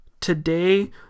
today